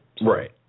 Right